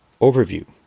overview